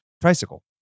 tricycle